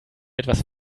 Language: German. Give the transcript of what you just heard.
etwas